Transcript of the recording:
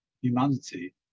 humanity